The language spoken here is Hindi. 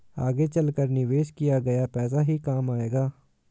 आगे चलकर निवेश किया गया पैसा ही काम आएगा